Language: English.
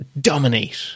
dominate